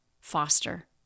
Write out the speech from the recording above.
foster